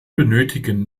benötigen